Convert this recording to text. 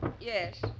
Yes